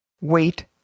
Wait